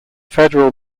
federal